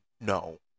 no